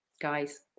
guys